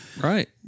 Right